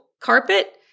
carpet